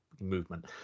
movement